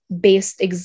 based